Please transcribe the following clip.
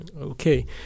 Okay